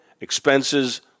expenses